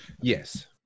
Yes